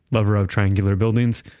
lover of triangular buildings,